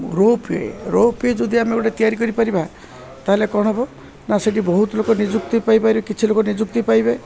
ropeway ropeway ଯଦି ଆମେ ଗୋଟେ ତିଆରି କରିପାରିବା ତା'ହେଲେ କ'ଣ ହବ ନା ସେଠି ବହୁତ ଲୋକ ନିଯୁକ୍ତି ପାଇପାରିବେ କିଛି ଲୋକ ନିଯୁକ୍ତି ପାଇବେ